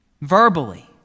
verbally